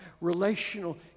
relational